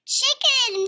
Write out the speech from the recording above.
Chicken